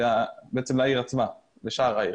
לעיר עצמה, לשער העיר.